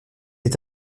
est